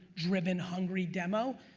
driven, hungry demo